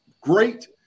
great